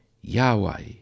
Yahweh